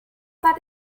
that